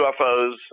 UFOs